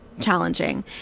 challenging